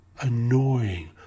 annoying